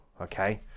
Okay